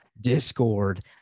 discord